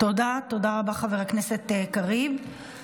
תודה רבה לחבר הכנסת קריב,